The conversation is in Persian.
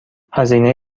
هزینه